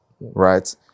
right